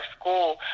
school